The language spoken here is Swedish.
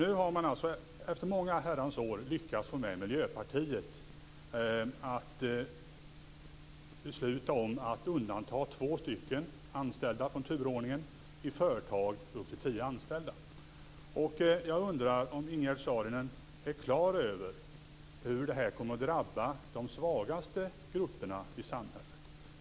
Efter många herrans år har högern nu lyckats att få med Miljöpartiet på ett beslut om att undanta två anställda från turordningen i företag som har upp till tio anställda. Jag undrar om Ingegerd Saarinen är klar över hur detta kommer att drabba de svagaste grupperna i samhället.